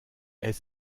est